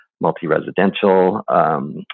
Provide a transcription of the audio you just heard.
multi-residential